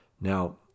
Now